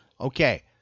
Okay